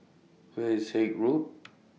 Where IS Haig Road